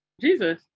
jesus